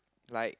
like